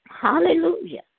hallelujah